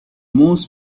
most